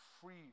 free